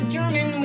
German